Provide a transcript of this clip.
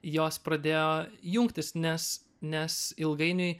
jos pradėjo jungtis nes nes ilgainiui